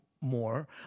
more